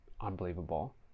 unbelievable